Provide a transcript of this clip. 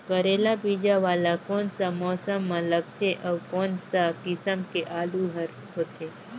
करेला बीजा वाला कोन सा मौसम म लगथे अउ कोन सा किसम के आलू हर होथे?